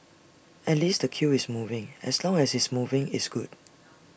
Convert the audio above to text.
at least the queue is moving as long as it's moving it's good